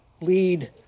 lead